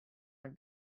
are